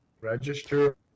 register